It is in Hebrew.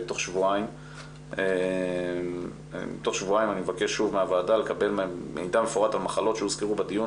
תוך שבועיים אני מבקש שוב לקבל מידע מפורט על מחלות שהוזכרו בדיון,